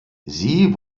sie